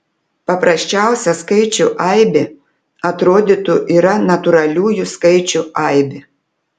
paprasčiausia skaičių aibė atrodytų yra natūraliųjų skaičių aibė